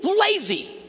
lazy